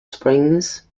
springs